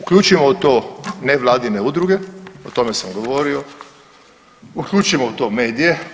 Uključimo u to nevladine udruge, o tome sam govorio, uključimo u to medije.